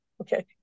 Okay